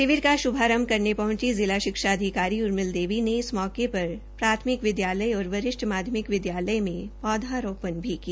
शिविर का शुभारंभ करने पहंची जिला शिक्षा अधिकारी उर्मिल देवी ने इस मौके पर प्राथमिक विद्यालय और वरिष्ठ माध्यमिक विद्यालय में पौधारोपण भी किया